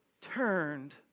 turned